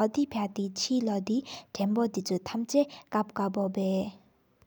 ཨོ་དེ་སྦེ་གི་ཐེན་ཆིག་གི་ཐེན་ལས་ཏ་ནང་རུག། ལབ་ཏེ་གི་ལབ་ས་ཨིནས།